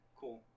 Cool